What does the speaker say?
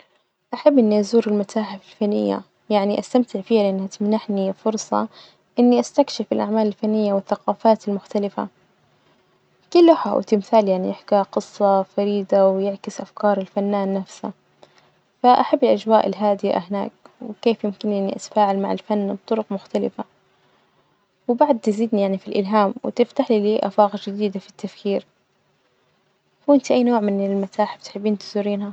أحب إني أزور المتاحف الفنية، يعني أستمتع فيها لإنها تمنحني فرصة إني أستكشف الأعمال الفنية والثقافات المختلفة، كل لوحة أو تمثال يعني يحكيها قصة فريدة ويعكس أفكار الفنان نفسه، فأحب الأجواء الهادئة هناك، وكيف يمكنني أتفاعل مع الفن بطرق مختلفة? وبعد تزيدني يعني في الإلهام، وتفتح لي آفاق جديدة في التفكير، وإنتي أي نوع من المتاحف بتحبين تزورينها?